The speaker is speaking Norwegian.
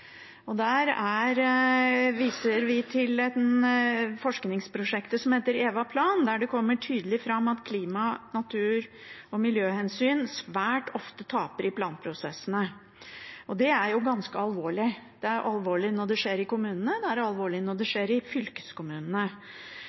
naturvern. Der viser vi til forskningsprosjektet EVAPLAN, der det kommer tydelig fram at klima-, natur- og miljøhensyn svært ofte taper i planprosessene. Det er ganske alvorlig. Det er alvorlig når det skjer i kommunene, det er alvorlig når det skjer i fylkeskommunene.